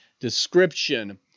description